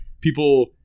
people